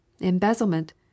Embezzlement